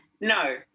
no